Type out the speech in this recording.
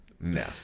No